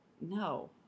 No